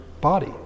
body